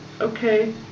okay